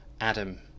Adam